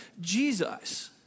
Jesus